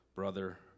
brother